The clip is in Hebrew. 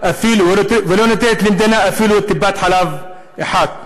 ולא נותנת למדינה אפילו טיפת חלב אחת.